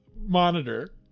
monitor